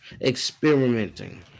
experimenting